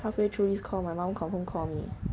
halfway through this call my mum confirm call me